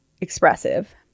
expressive